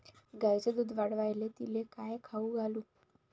गायीचं दुध वाढवायले तिले काय खाऊ घालू?